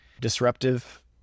disruptive